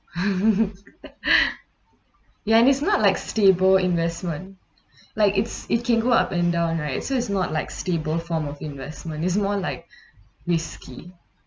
ya and it's not like stable investment like it's it can go up and down right so it's not like stable form of investment it's more like risky